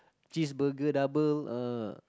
cheeseburger double ah